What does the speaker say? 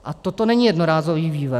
A toto není jednorázový vývoj.